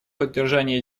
поддержания